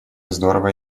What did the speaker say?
здорово